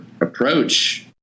approach